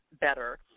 better